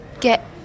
get